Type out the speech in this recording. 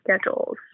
schedules